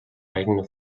eigene